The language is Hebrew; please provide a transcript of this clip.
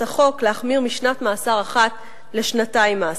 החוק להחמיר משנת מאסר אחת לשנתיים מאסר.